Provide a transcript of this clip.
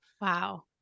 Wow